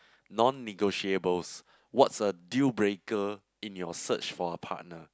non negotiables what's a deal breaker in your search for a partner